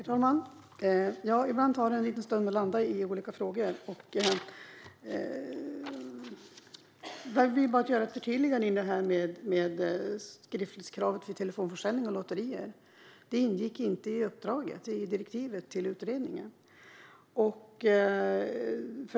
Herr talman! Ibland tar det en liten stund att landa i olika frågor. Jag vill bara göra ett förtydligande i fråga om skriftlighetskravet vid telefonförsäljning av lotter. Det ingick inte i uppdraget, i direktivet till utredningen.